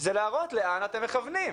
זה להראות לאן אתם מכוונים.